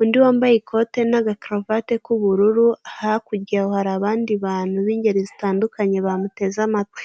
undi wambaye ikote n'agakaruvate k'ubururu hakurya aho hari abandi bantu b'ingeri zitandukanye bamuteze amatwi.